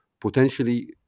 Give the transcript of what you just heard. potentially